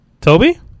Toby